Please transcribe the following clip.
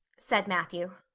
said matthew.